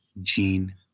gene